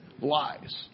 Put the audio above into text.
lies